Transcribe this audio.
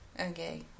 okay